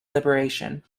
liberation